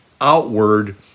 outward